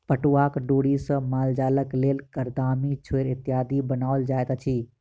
पटुआक डोरी सॅ मालजालक लेल गरदामी, छोड़ इत्यादि बनाओल जाइत अछि